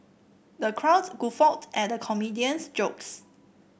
the crowd guffawed at the comedian's jokes